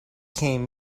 came